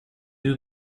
you